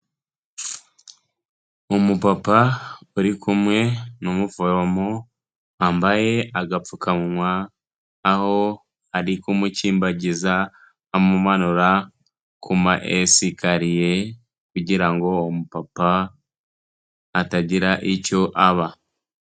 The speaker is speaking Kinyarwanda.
Umupapa uri kumwe n'umuforomo wambaye agapfukamunwa, aho ari kumukimbagiza amumanura kuma esikariye kugira ngo umupapa atagira icyo aba.